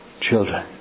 children